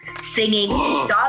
singing